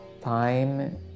time